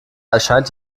erscheint